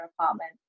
apartment